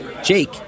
Jake